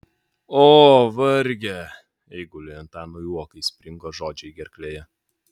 o varge eiguliui antanui uokai springo žodžiai gerklėje